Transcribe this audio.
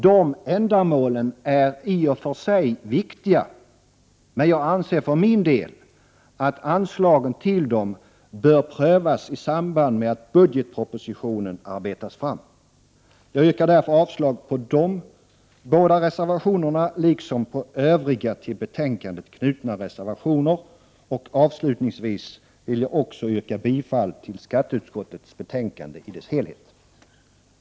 Dessa ändamål är i och för sig viktiga, men jag anser för min del att anslagen till dem bör prövas i samband med att budgetpropositionen arbetas fram. Jag yrkar därför avslag på dessa båda reservationer liksom på övriga till betänkandet knutna reservationer. Avslutningsvis vill jag också — Prot. 1988/89:125 yrka bifall till skatteutskottets hemställan i dess helhet. 31 maj 1989